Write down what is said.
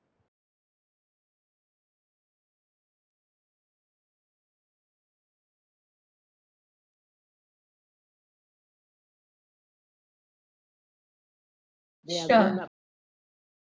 sure